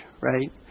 Right